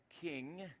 king